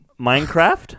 Minecraft